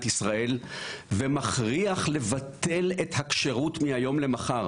ישראל ומכריח לבטל את הכשרות מהיום למחר.